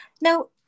now